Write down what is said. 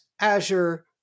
Azure